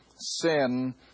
sin